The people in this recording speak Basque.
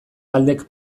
taldek